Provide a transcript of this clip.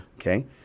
Okay